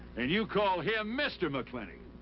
and you call him mr. mclintock.